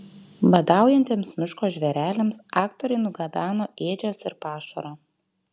badaujantiems miško žvėreliams aktoriai nugabeno ėdžias ir pašaro